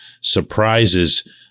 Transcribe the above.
surprises